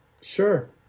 Sure